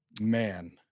Man